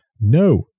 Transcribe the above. no